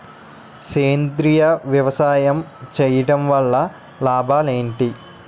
సేంద్రీయ వ్యవసాయం చేయటం వల్ల లాభాలు ఏంటి?